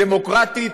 דמוקרטית,